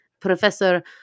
Professor